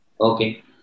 Okay